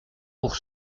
pour